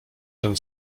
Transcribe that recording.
ten